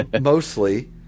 mostly